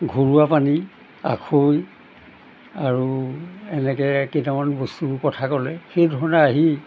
ঘৰুৱা পানী আখৈ আৰু এনেকৈ কেইটামান বস্তু কথা ক'লে সেইধৰণে আহি